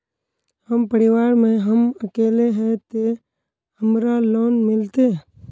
हम परिवार में हम अकेले है ते हमरा लोन मिलते?